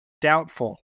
Doubtful